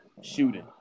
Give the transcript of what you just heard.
shooting